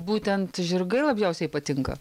būtent žirgai labiausiai patinka